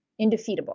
indefeatable